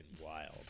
wild